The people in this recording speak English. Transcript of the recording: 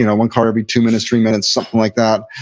you know one car every two minutes, three minutes. something like that.